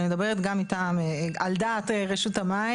אני מדברת גם מטעם, על דעת רשות המים.